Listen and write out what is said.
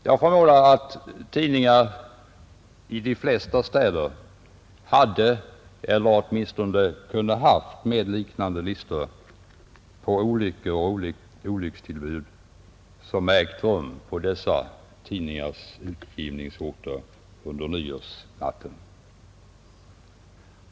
Jag förmodar att tidningar i de flesta städer hade eller åtminstone kunde ha haft med liknande listor på olyckor och olyckstillbud i dessa tidningars utgivningsorter under nyårsnatten.